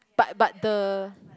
but but the